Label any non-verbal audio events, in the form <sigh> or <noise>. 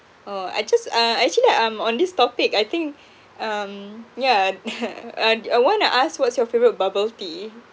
oh I just uh actually um on this topic I think <breath> um yeah <laughs> uh I want to ask what's your favourite bubble tea